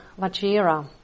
Vajira